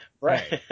Right